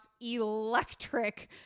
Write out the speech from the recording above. electric